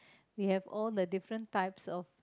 you have all the different types of